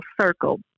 circle